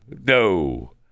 No